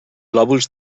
lòbuls